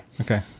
Okay